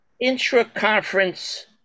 intra-conference